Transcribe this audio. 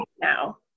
now